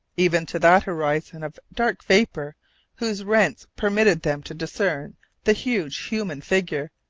even to that horizon of dark vapour whose rents permitted them to discern the huge human figure,